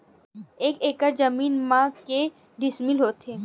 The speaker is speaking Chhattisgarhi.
एक एकड़ जमीन मा के डिसमिल होथे?